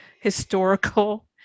historical